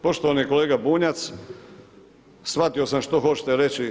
Poštovani kolega Bunjac, shvatio sam što hoćete reći.